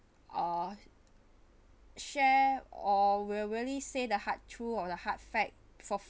uh share or will really say the hard truth or the hard fact for